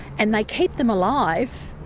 and they keep them alive,